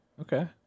Okay